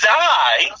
die